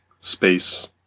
space